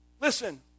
Listen